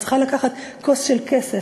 את צריכה לקחת כוס של כסף,